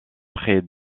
près